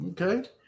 Okay